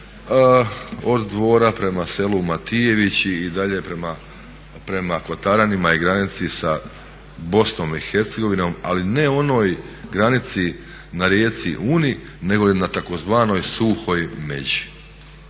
od Dvora prema selu Matijevići i dalje prema Kotaranima i granici sa Bosnom i Hercegovinom ali ne onoj granici na rijeci Uni nego na tzv. suhoj međi.